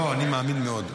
לא, אני מאמין מאוד.